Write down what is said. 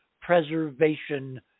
preservation